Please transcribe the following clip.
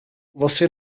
você